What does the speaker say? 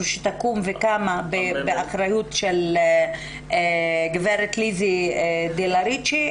שתקום וקמה באחריות גברת ליזי דלריצ'ה.